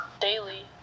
daily